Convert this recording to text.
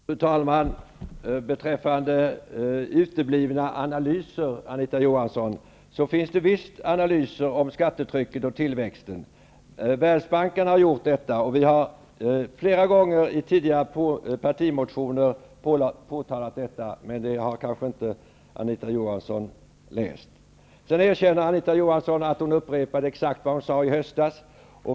Fru talman! Beträffande uteblivna analyser, Anita Johansson, måste jag säga att det visst finns analyser om skattetrycket och tillväxten. Världsbanken har gjort sådana, och vi har flera gånger i våra tidigare partimotioner påpekat detta, men det har kanske Anita Johansson inte läst. Anita Johansson erkände att hon upprepade exakt vad hon sade i höstas.